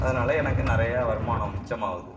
அதனால் எனக்கு நிறையா வருமானம் மிச்சமாகுது